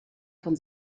von